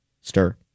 Stir